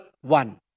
one